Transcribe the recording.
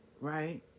right